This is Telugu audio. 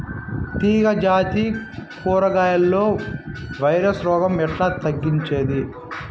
తీగ జాతి కూరగాయల్లో వైరస్ రోగం ఎట్లా తగ్గించేది?